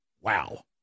Wow